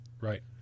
Right